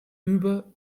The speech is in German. über